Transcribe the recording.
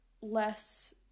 less